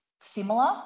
similar